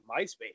MySpace